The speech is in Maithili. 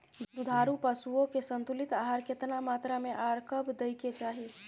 दुधारू पशुओं के संतुलित आहार केतना मात्रा में आर कब दैय के चाही?